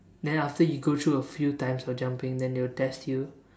then after you go through a few times of jumping then they will test you